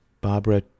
Barbara